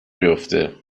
بیفته